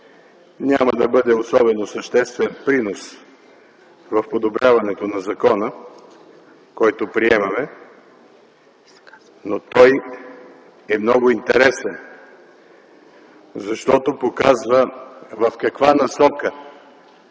няма да бъде особено съществен принос в подобряването на закона, който приемаме, но той е много интересен, защото показва в каква насока